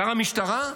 שר המשטרה,